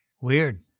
Weird